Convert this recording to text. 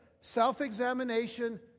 self-examination